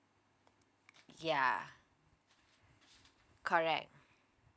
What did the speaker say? ya correct